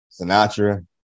Sinatra